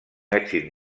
èxit